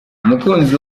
umukunzi